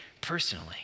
personally